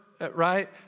right